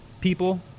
people